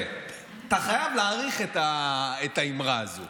אתה חייב להעריך את האמרה הזאת,